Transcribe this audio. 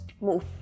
move